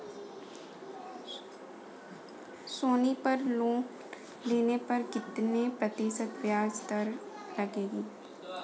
सोनी पर लोन लेने पर कितने प्रतिशत ब्याज दर लगेगी?